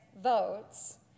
votes